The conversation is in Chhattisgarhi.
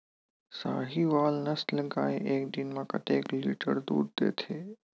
साहीवल नस्ल गाय एक दिन म कतेक लीटर दूध देथे?